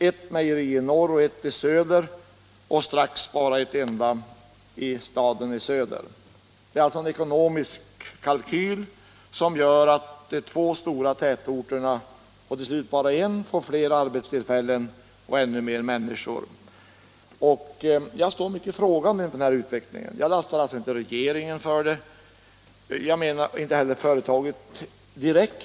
Ett mejeri i norr och ett i söder, och strax bara ett enda i staden i söder. Det är alltså en ekonomisk kalkyl som gör att de två stora tätorterna och till slut bara en får fler arbetstillfällen och ännu mer människor. Jag står mycket frågande inför den här utvecklingen. Jag lastar inte regeringen för den och inte heller företaget direkt.